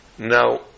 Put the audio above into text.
Now